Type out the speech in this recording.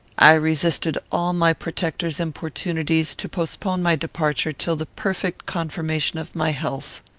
i resisted all my protector's importunities to postpone my departure till the perfect confirmation of my health.